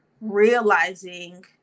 realizing